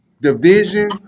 division